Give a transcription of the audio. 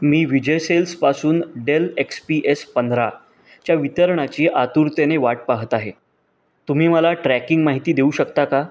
मी विजय सेल्सपासून Dell X P S पंधरा च्या वितरणाची आतुरतेने वाट पाहत आहे तुम्ही मला ट्रॅकिंग माहिती देऊ शकता का